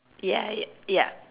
ya ya